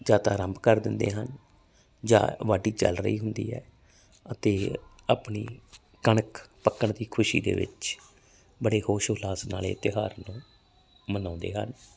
ਜਾਂ ਤਾਂ ਆਰੰਭ ਕਰ ਦਿੰਦੇ ਹਨ ਜਾਂ ਵਾਢੀ ਚਲ ਰਹੀ ਹੁੰਦੀ ਹੈ ਅਤੇ ਆਪਣੀ ਕਣਕ ਪੱਕਣ ਦੀ ਖੁਸ਼ੀ ਦੇ ਵਿੱਚ ਬੜੇ ਹੋਸ਼ ਉਲਾਸ ਨਾਲ ਇਹ ਤਿਹਾਰ ਨੂੰ ਮਨਾਉਂਦੇ ਹਨ